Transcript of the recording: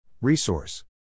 Resource